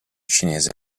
cinese